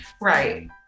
Right